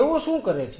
તેઓ શું કરે છે